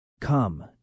Come